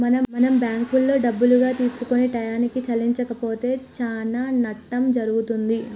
మనం బ్యాంకులో డబ్బులుగా తీసుకొని టయానికి చెల్లించకపోతే చానా నట్టం జరుగుతుంది